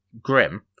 grim